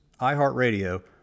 iHeartRadio